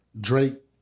Drake